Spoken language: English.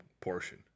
portion